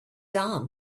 arm